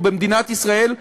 או במדינת ישראל,